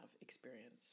experience